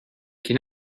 can